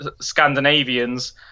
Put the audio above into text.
Scandinavians